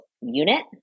unit